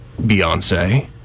Beyonce